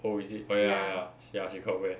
oh is it oh ya ya ya ya she got wear